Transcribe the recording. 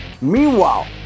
Meanwhile